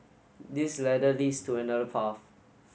this ladder leads to another path